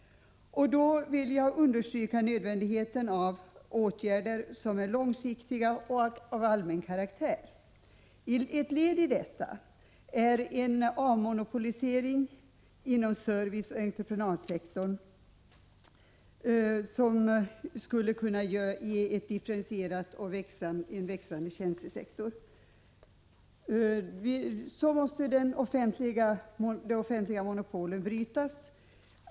Då vill jag understryka nödvändigheten av åtgärder som är långsiktiga och av allmän karaktär. Ett led i detta är en avmonopolisering inom serviceoch entreprenadsektorn som skulle kunna ge en differentierad och växande tjänstesektor. Så måste de offentliga monopolen brytas.